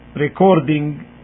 Recording